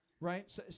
right